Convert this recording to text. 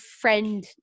friend